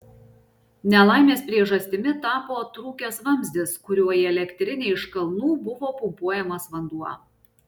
nelaimės priežastimi tapo trūkęs vamzdis kuriuo į elektrinę iš kalnų buvo pumpuojamas vanduo